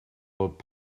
bod